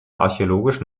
archäologisch